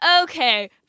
Okay